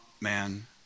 man